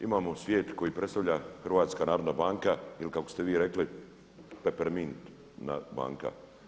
Imamo svijet koji predstavlja HNB ili kako ste vi rekli pepermintna banka.